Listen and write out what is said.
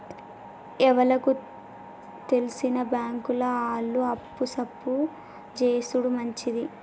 ఎవలకు తెల్సిన బాంకుల ఆళ్లు అప్పు సప్పు జేసుడు మంచిది